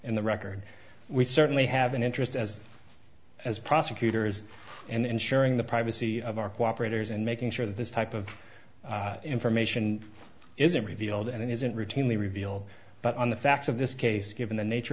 in the record we certainly have an interest as as prosecutors and ensuring the privacy of our cooperators and making sure this type of information isn't revealed and it isn't routinely revealed but on the facts of this case given the nature